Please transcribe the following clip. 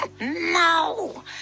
No